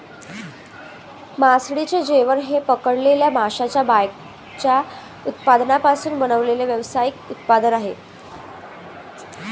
मासळीचे जेवण हे पकडलेल्या माशांच्या बायकॅचच्या उत्पादनांपासून बनवलेले व्यावसायिक उत्पादन आहे